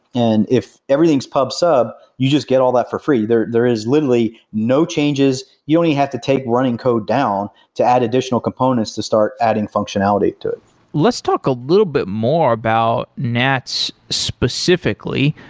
and if everything's pub sub, you just get all that for free. there there is literally no changes, you only have to take running code down to add additional components to start adding functionality to it let's talk a little bit more about nats specifically.